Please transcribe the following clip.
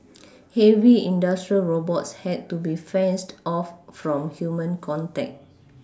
heavy industrial robots had to be fenced off from human contact